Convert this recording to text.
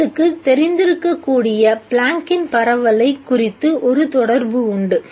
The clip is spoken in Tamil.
உங்களுக்கு தெரிந்திருக்கக்கூடிய பிளாங்க்கின் பரவலைக் குறித்து ஒரு தொடர்பு உண்டு